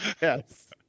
yes